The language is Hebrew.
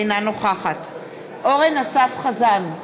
אינה נוכחת אורן אסף חזן,